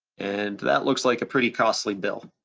and that looks like a pretty costly bill.